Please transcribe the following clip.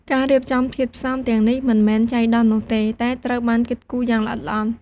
ការរៀបចំធាតុផ្សំទាំងនេះមិនមែនចៃដន្យនោះទេ តែត្រូវបានគិតគូរយ៉ាងល្អិតល្អន់។